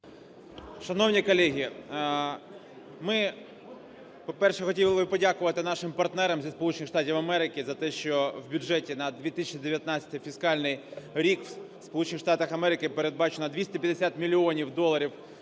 Шановні колеги, ми, по-перше, хотіли подякувати нашим партнерам зі Сполучених Штатів Америки за те, що в бюджеті на 2019 фіскальний рік в Сполучених Штатах Америки передбачено 250 мільйонів доларів